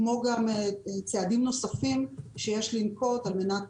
כמו גם צעדים נוספים שיש לנקוט על מנת